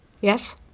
Yes